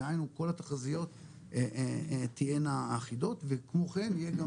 דהיינו כל התחזיות תהיינה אחידות וכמו כן יהיה גם